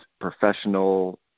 professional